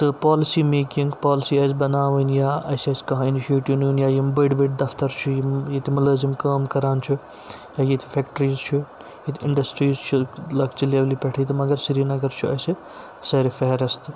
تہٕ policy making policy آسہِ بَناوٕنۍ یا اَسہِ آسہِ کانٛہہ اِنِشیٹِو نِیُن یا یِم بٔڑۍ بٔڑۍ دَفتر چھِ یِم ییٚتہِ مُلٲزِم کٲم کَران چھِ یا ییٚتہِ فٮ۪کٹریٖز چھِ ییٚتہِ اِنڈَسٹریٖز چھِ لۄکچہِ لیولہِ پٮ۪ٹھٕے تہٕ مگر سرینَگر چھُ اَسہِ سٲرِے فہرَست